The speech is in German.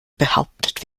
behauptet